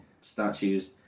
statues